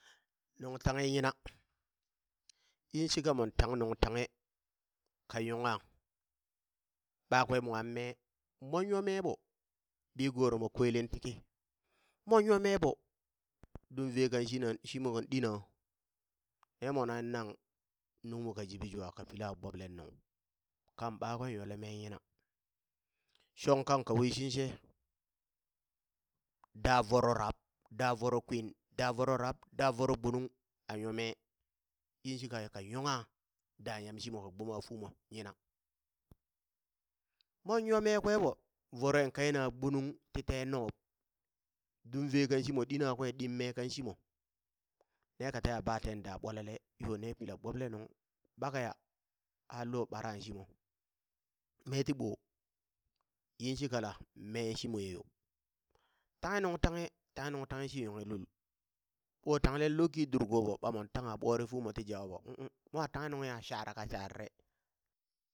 Nuŋ tanghe yina, yinshika mon tang nuŋ tanghe ka yongha ɓakwe mwan mee, mon nyo mee ɓo bi gurimon kwelen tiki mon yo mee ɓo dumve kan shiɗaŋ shimon ɗina, ne mwa nanghen nang nungmo ka jibi jwa ka pila gbobleŋ nuŋ, kan ɓa kwe yole mee yina, shong kang ka wishinshe da voro rab da voro kwin da voro rab da voro gbunung a nyo mee yinshika ka yoka da yamshimo ka gboma fumo yina, mon yo mekwe ɓo voron kaina gbunung ti tee noob dumve kan shimo ɗina kwe ɗin mee kaŋ shimo, ne ka teha baa ten da ɓwalale ne pila gboble nuŋ kpakeya a lo baraŋ shimo meeti ɓoo, yinshikala meeŋ shimoe yo tanghe nuŋ tanghe tanghe nuŋ tanghe shi nyonghe lul, ɓo tanglen lukki durko ɓo ɓamon tangha ɓore fumo ti jawa ɓo, ung'ung mwa tanghe nungha shara ka sharare.